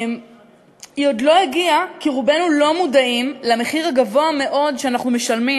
היא עוד לא הגיעה כי רובנו לא מודעים למחיר הגבוה מאוד שאנחנו משלמים